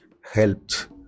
helped